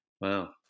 Wow